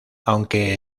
aunque